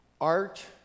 art